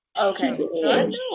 okay